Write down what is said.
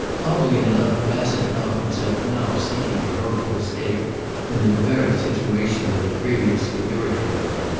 oddly enough, bassett found himself now seeking for hope of escape in the very situation that had previously irritated him,